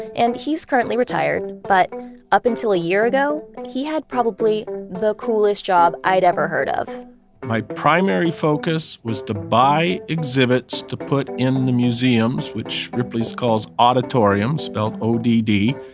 and he's currently retired, but up until a year ago, and he had probably the coolest job i'd ever heard of my primary focus was to buy exhibits to put in and the museums, which ripley's calls odditoriums, spelled o d d,